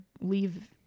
leave